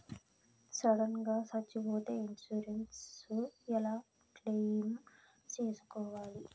Sudden గా సచ్చిపోతే insurance ఎలా క్లెయిమ్ సేసుకోవాలి?